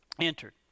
entered